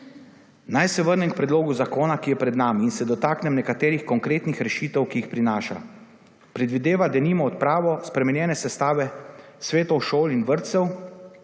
Naj se vrnem k predlogu zakona, ki je pred nami in se dotaknem nekaterih konkretnih rešitev, ki jih prinaša. Predvideva, denimo, odpravo spremenjene sestave svetov šol in vrtcev,